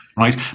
right